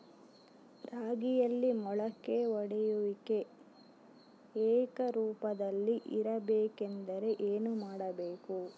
ರಾಗಿಯಲ್ಲಿ ಮೊಳಕೆ ಒಡೆಯುವಿಕೆ ಏಕರೂಪದಲ್ಲಿ ಇರಬೇಕೆಂದರೆ ಏನು ಮಾಡಬೇಕು?